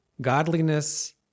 godliness